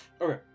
Okay